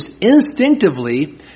instinctively